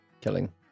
killing